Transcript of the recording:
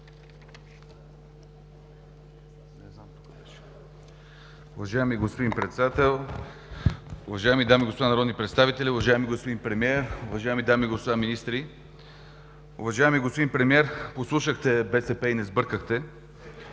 Уважаеми господин Председател, уважаеми дами и господа народни представители, уважаеми господин Премиер, уважаеми дами и господа министри! Уважаеми господин Премиер, послушахте БСП и не сбъркахте.